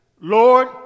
Lord